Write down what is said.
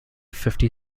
fifty